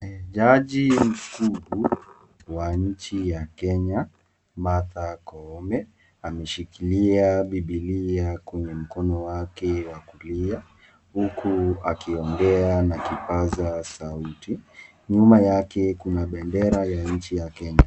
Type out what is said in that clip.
Jaji mkuu wa nchi ya Kenya Martha Koome ameshikilia bibilia kwenye mkono wake wa kulia uku akiongea na kipaza sauti. Nyuma yake kuna bendera ya nchi ya Kenya.